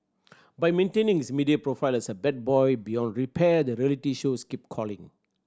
by maintaining his media profile as a bad boy beyond repair the reality shows keep calling